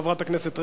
חברת הכנסת רגב.